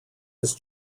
his